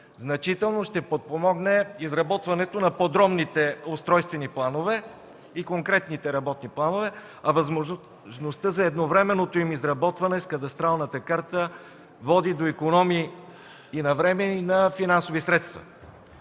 значително ще подпомогне изработването на подробните устройствени планове и конкретните работни планове, а възможността за едновременното им изработване с кадастралната карта води до икономии и на време, и на финансови средства.